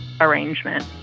arrangement